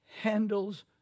Handles